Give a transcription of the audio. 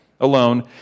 alone